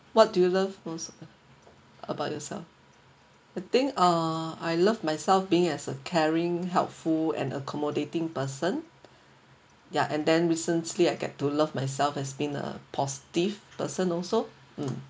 what do you love most a~ about yourself the thing ah I love myself being as a caring helpful and accommodating person ya and then recently I get to love myself as been a positive person also mm